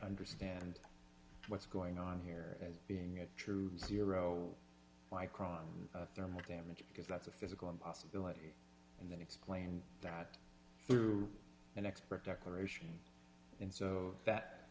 understand what's going on here and being a true zero micron term the damage because that's a physical impossibility and then explain that through an expert declaration and so that